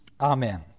Amen